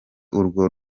urwo